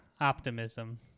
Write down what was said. optimism